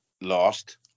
lost